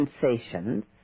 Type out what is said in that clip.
sensations